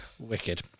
wicked